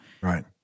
Right